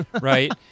right